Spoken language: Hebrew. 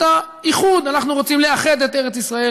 האיחוד: אנחנו רוצים לאחד את ארץ-ישראל